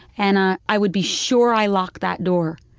and i i would be sure i locked that door,